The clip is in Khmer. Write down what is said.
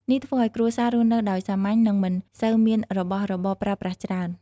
នេះធ្វើឲ្យគ្រួសាររស់នៅដោយសាមញ្ញ និងមិនសូវមានរបស់របរប្រើប្រាស់ច្រើន។